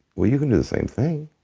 well, you can do the same thing.